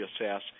assess